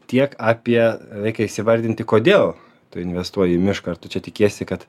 tiek apie reikia įsivardinti kodėl tu investuoji į mišką ar tu čia tikiesi kad